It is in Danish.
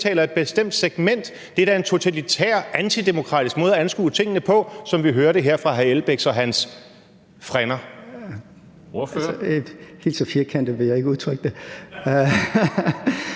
Helt så firkantet vil jeg ikke udtrykke det.